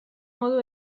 modu